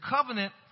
covenant